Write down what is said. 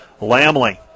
Lamley